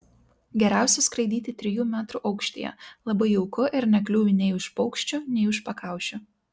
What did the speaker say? geriausia skraidyti trijų metrų aukštyje labai jauku ir nekliūvi nei už paukščių nei už pakaušių